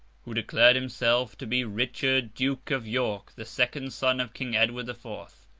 who declared himself to be richard, duke of york, the second son of king edward the fourth.